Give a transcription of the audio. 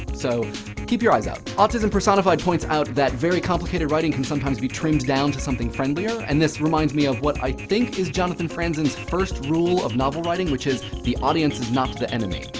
so keep your eyes out. autismpersonified points out that very complicated writing can sometimes be trimmed down to something friendlier, and this reminds me what i think is jonathan franzen's and first rule of novel-writing, which is the audience is not the enemy.